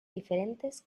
diferentes